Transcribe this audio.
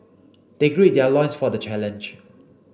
they gird their loins for the challenge